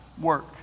work